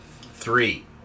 Three